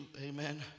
amen